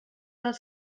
del